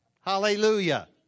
Hallelujah